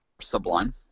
sublime